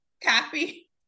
copy